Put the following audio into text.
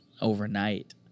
overnight